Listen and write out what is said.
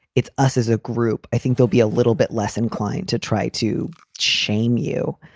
it's us as a group. i think there'll be a little bit less inclined to try to shame you.